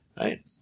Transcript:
right